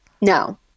No